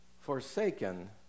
forsaken